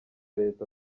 leta